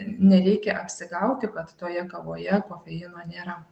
nereikia apsigauti kad toje kavoje kofeino nėra